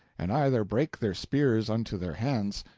and either brake their spears unto their hands,